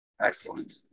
Excellent